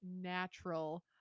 natural